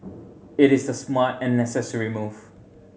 it is the smart and necessary move